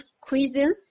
cuisine